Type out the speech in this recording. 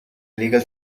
legal